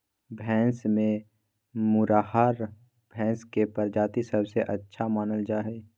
भैंस में मुर्राह भैंस के प्रजाति सबसे अच्छा मानल जा हइ